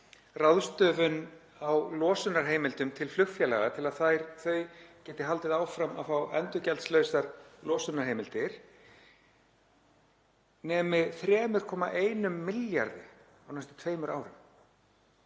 ráðstöfun á losunarheimildum til flugfélaga, til að þau geti haldið áfram að fá endurgjaldslausar losunarheimildir, nemi 3,1 milljarði á næstu tveimur árum.